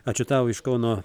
ačiū tau iš kauno